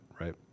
right